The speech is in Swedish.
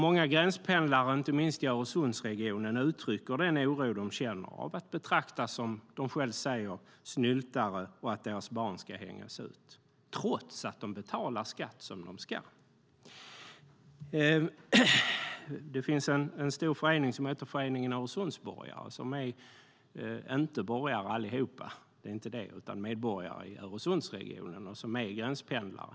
Många gränspendlare, inte minst i Öresundsregionen, uttrycker den oro de känner för att de ska betraktas som snyltare, som de själva säger, och för att deras barn ska hängas ut - detta trots att de betalar skatt som de ska. Det finns en stor förening som heter Föreningen Öresundsborgare. Den består inte av enbart borgare, men av medborgare i Öresundsregionen som är gränspendlare.